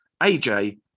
AJ